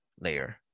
layer